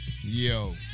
Yo